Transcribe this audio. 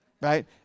Right